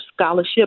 scholarship